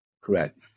Correct